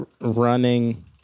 running